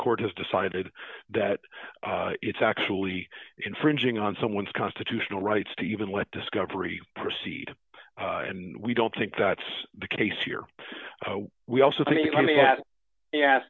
court has decided that it's actually infringing on someone's constitutional rights to even let discovery proceed and we don't think that's the case here we also think